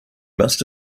must